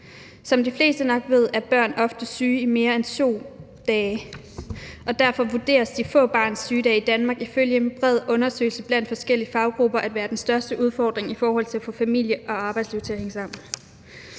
Som de fleste nok ved, er børn ofte syge mere end 2 dage, og derfor vurderes de få barnets sygedage i Danmark ifølge en bred undersøgelse blandt forskellige faggrupper at være den største udfordring i forhold til at få familie- og arbejdsliv til at hænge sammen.